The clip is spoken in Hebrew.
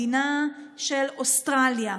מדינה של אוסטרליה,